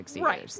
Right